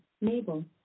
Mabel